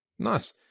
Nice